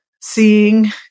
seeing